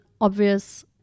obvious